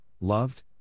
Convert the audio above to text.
loved